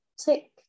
Tick